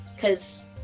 cause